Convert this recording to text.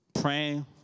praying